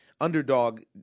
underdog